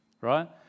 right